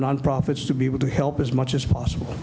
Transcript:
non profits to be able to help as much as possible